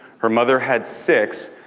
her mother had six,